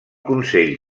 consell